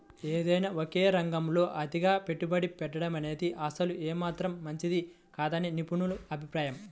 ఏదైనా ఒకే రంగంలో అతిగా పెట్టుబడి పెట్టడమనేది అసలు ఏమాత్రం మంచిది కాదని నిపుణుల అభిప్రాయం